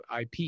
IP